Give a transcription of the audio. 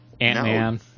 Ant-Man